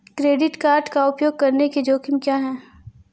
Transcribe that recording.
Credit card का उपयोग करने के जोखिम क्या हैं?